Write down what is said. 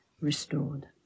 restored